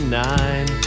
nine